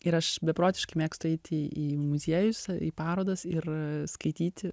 ir aš beprotiškai mėgstu eiti į muziejus parodas ir skaityti